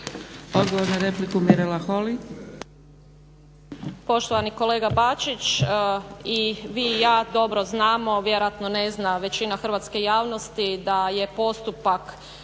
Odgovor na repliku, Mirela Holy.